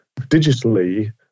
digitally